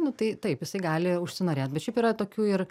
nu tai taip jisai gali užsinorėt bet šiaip yra tokių ir